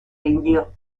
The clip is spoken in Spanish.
rindió